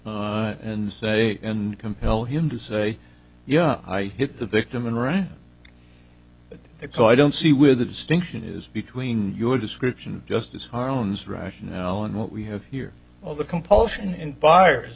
court and say and compel him to say yeah i hit the victim and ran with it so i don't see where the distinction is between your description justice for owns rational and what we have here all the compulsion in buyers